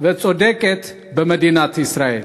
וצודקת במדינת ישראל.